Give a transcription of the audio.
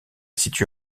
situé